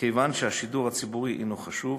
כיוון שהשידור הציבורי הוא חשוב,